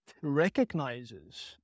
recognizes